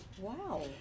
Wow